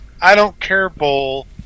I-don't-care-bowl